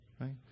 right